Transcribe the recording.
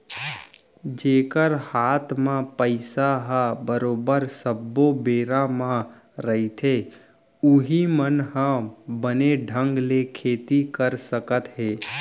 जेखर हात म पइसा ह बरोबर सब्बो बेरा म रहिथे उहीं मन ह बने ढंग ले खेती कर सकत हे